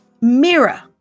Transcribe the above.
mirror